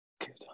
Good